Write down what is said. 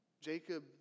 Jacob